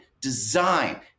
Design